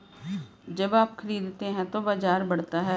जब आप खरीदते हैं तो बाजार बढ़ता है